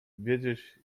wiedzieć